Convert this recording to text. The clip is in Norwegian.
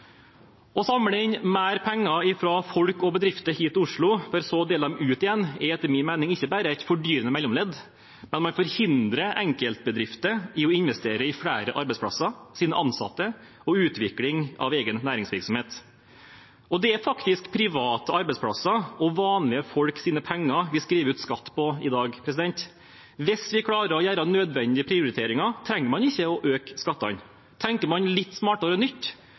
Å samle inn mer penger fra folk og bedrifter hit til Oslo for å dele dem ut igjen er etter min mening ikke bare et fordyrende mellomledd. Det forhindrer enkeltbedrifter i å investere i flere arbeidsplasser, i sine ansatte og i utvikling av egen næringsvirksomhet. Det er faktisk private arbeidsplasser og vanlige folks penger vi skriver ut skatt på i dag. Hvis vi klarer å gjøre nødvendige prioriteringer, trenger man ikke å øke skattene. Tenker man litt smartere og nytt,